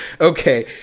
Okay